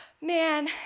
man